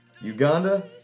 Uganda